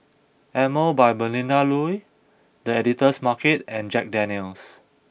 Emel by Melinda Looi The Editor's Market and Jack Daniel's